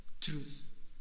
truth